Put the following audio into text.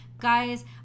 Guys